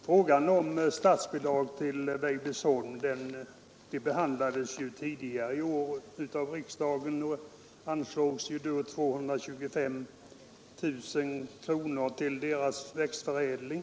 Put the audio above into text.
Frågan om statsbidrag till Weibullsholm behandlades av riksdagen tidigare i år, och då anslogs 225 000 kronor till Weibullsholms växtförädling.